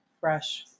Fresh